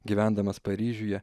gyvendamas paryžiuje